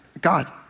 God